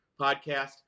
podcast